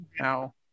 now